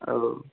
औ